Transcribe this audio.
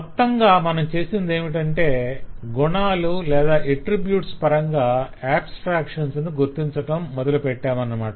మొత్తంగా మనం చేసినదేమిటంటే గుణాలు లేదా ఎట్ట్ర్రిబ్యూట్ పరంగా ఆబ్స్ట్రాక్షన్స్ ను గుర్తించటం మొదలుపెట్టామన్నమాట